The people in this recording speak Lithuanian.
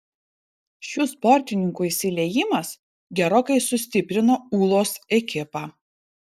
šių sportininkų įsiliejimas gerokai sustiprino ūlos ekipą